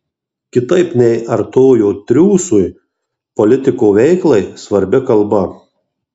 kitaip nei artojo triūsui politiko veiklai svarbi kalba